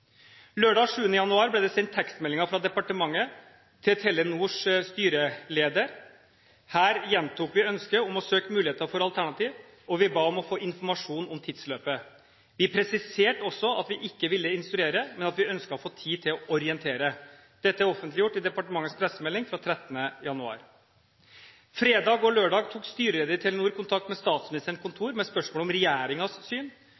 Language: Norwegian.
januar ble det sendt tekstmeldinger fra departementet til Telenors styreleder. Her gjentok vi ønsket om å søke muligheter for alternativ, og vi ba om å få informasjon om tidsløpet. Vi presiserte også at vi ikke ville instruere, men at vi ønsket å få tid til å orientere. Dette er offentliggjort i departementets pressemelding fra 13. januar. Fredag og lørdag tok styreleder i Telenor kontakt med Statsministerens kontor med spørsmål om regjeringens syn.